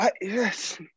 yes